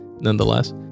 nonetheless